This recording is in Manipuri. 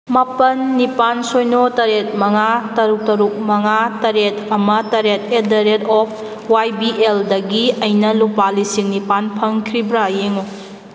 ꯃꯥꯄꯜ ꯅꯤꯄꯥꯜ ꯁꯤꯅꯣ ꯇꯔꯦꯠ ꯃꯉꯥ ꯇꯔꯨꯛ ꯇꯔꯨꯛ ꯃꯉꯥ ꯇꯔꯦꯠ ꯑꯃ ꯇꯔꯦꯠ at the rate of Y B ꯑꯦꯜꯗꯒꯤ ꯑꯩꯅ ꯂꯨꯄꯥ ꯂꯤꯁꯤꯡ ꯅꯤꯄꯥꯜ ꯐꯪꯈ꯭ꯔꯤꯕ꯭ꯔꯥ ꯌꯦꯡꯉꯨ